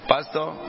Pastor